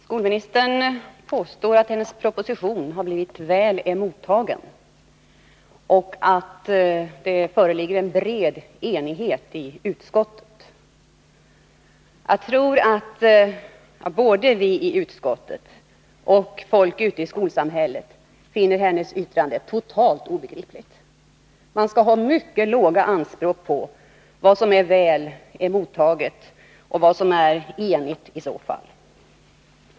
Herr talman! Skolministern påstår att hennes proposition har blivit väl emottagen och att det föreligger en bred enighet i utskottet. Jag tror att både vi i utskottet och folk ute i skolsamhället finner hennes yttrande totalt obegripligt. Man skall ha mycket låga anspråk på vad som är väl emottaget och vad som är enigt i så fall.